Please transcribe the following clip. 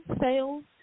sales